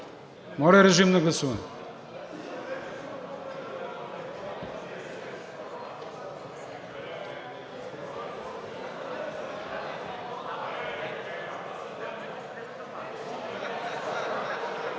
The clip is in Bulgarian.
Моля, режим на гласуване